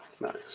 Nice